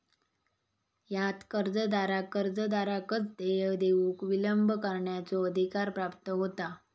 ह्यात कर्जदाराक कर्जदाराकच देय देऊक विलंब करण्याचो अधिकार प्राप्त होता